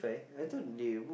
ya lah